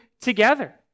together